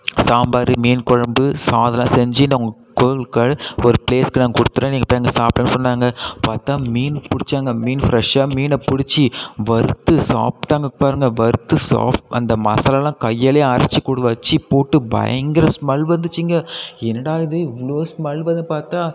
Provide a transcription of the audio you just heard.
சாம்பார் மீன்குழம்பு சாதம்லாம் செஞ்சு நான் உங்களுக்கு ஒரு ஃப்ளேஸ்க்கு நான் கொடுத்துட்றேன் நீங்கள் போய் அங்கே போய்பிடுங்கன்னு சொன்னாங்க பார்த்தா மீன் பிடிச்சாங்க மீன் ஃப்ரெஷ்ஷாக மீன பிடிச்சி வறுத்து சாப்பிட்டாங்க பாருங்கள் வறுத்து சாப் அந்த மசாலாலாம் கையாலயே அரைச்சி கொடு வச்சு போட்டு பயங்கர ஸ்மெல் வந்துச்சுங்க என்னடா இது இவ்வளோ ஸ்மெல் வருதுன்னு பார்த்தா